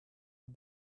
the